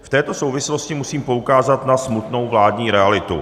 V této souvislosti musím poukázat na smutnou vládní realitu.